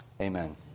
Amen